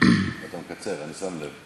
אתה מקצר, אני שם לב.